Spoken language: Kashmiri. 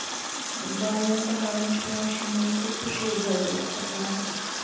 بالَن پَہاڑَن چھُ پٮ۪وان شیٖن تہٕ سُہ چھُ ییٚتہِ جلدی اَثر کران